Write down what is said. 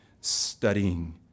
studying